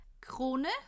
Krone